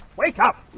wake up!